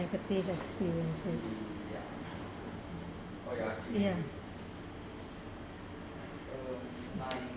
negative experiences ya